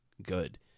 good